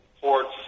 ports